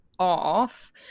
off